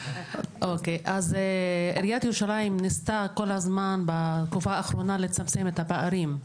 אז עיריית ירושלים ניסתה כל הזמן בתקופה האחרונה לצמצם את הפערים,